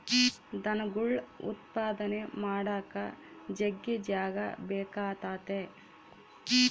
ದನಗುಳ್ ಉತ್ಪಾದನೆ ಮಾಡಾಕ ಜಗ್ಗಿ ಜಾಗ ಬೇಕಾತತೆ